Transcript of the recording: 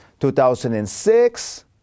2006